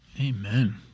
Amen